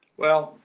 well,